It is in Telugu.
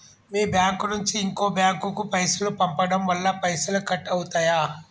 మీ బ్యాంకు నుంచి ఇంకో బ్యాంకు కు పైసలు పంపడం వల్ల పైసలు కట్ అవుతయా?